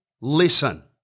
listen